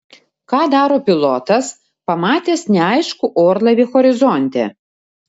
ką daro pilotas pamatęs neaiškų orlaivį horizonte